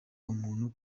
umuntu